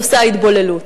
נושא ההתבוללות.